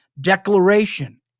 declaration